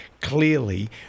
clearly